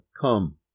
come